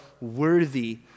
worthy